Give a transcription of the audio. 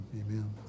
Amen